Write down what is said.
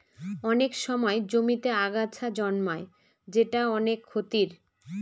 অনেক সময় জমিতে আগাছা জন্মায় যেটা অনেক ক্ষতির